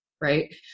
Right